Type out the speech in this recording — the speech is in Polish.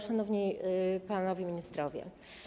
Szanowni Panowie Ministrowie!